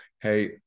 Hey